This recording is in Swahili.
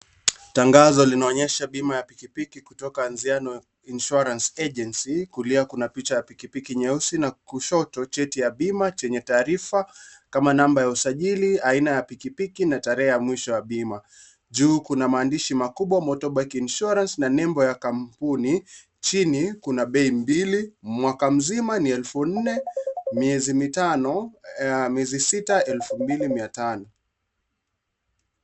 Tangazo linaonyesha bima ya pikipiki kutoka Anziano Insurance Agency . Kulia kuna picha ya pikipiki nyeusi na kushoto cheti ya bima chenye taarifa kama namba ya usajili, aina ya pikipiki na tarehe ya mwisho ya bima. Juu kuna maandishi makubwa Motorbike Insurance na nembo ya kampuni. Chini kuna bei mbili; mwaka mzima ni elfu nne, miezi mitano miezi sita elfu sita mia tano.